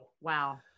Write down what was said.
Wow